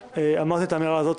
אמרתי את האמירה הזאת,